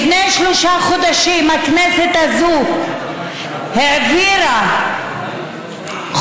לפני שלושה חודשים הכנסת הזאת העבירה חוק